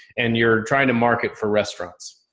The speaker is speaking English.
and you're trying to market for restaurants.